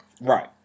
Right